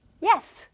yes